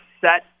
set